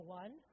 one